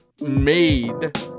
made